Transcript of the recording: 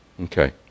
Okay